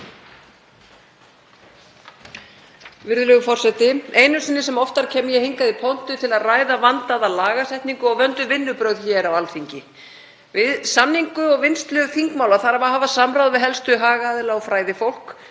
Virðulegur forseti. Einu sinni sem oftar kem ég hingað í pontu til að ræða vandaða lagasetningu og vönduð vinnubrögð hér á Alþingi. Við samningu og vinnslu þingmála þarf að hafa samráð við helstu hagaðila og fræðifólk